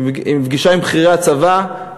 פגישה עם בכירי הצבא,